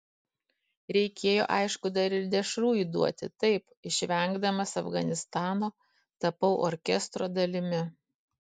reikėjo aišku dar ir dešrų įduoti taip išvengdamas afganistano tapau orkestro dalimi